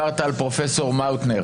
בבקשה.